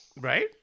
Right